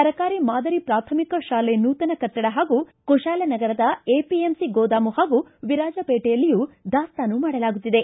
ಸರ್ಕಾರಿ ಮಾದರಿ ಪ್ರಾಥಮಿಕ ಶಾಲೆ ನೂತನ ಕಟ್ಟಡ ಹಾಗೂ ಕುಶಾಲನಗರದ ಎಪಿಎಂಸಿ ಗೋದಾಮು ಹಾಗೂ ವಿರಾಜಪೇಟೆಯಲ್ಲಿಯೂ ದಾಸ್ತಾನು ಮಾಡಲಾಗುತ್ತಿದೆ